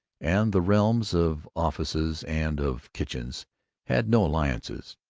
and the realms of offices and of kitchens had no alliances.